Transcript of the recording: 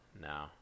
No